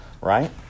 Right